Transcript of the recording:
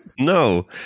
No